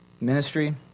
Ministry